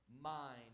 mind